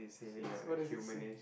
says what does it say